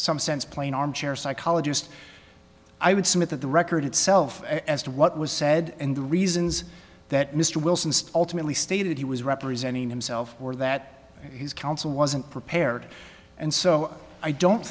some sense playing armchair psychologist i would submit that the record itself as to what was said and the reasons that mr wilson ultimately stated he was representing himself or that his counsel wasn't prepared and so i don't